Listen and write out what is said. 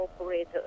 operator